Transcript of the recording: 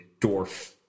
dwarf